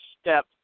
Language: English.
step